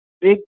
big